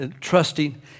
trusting